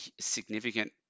significant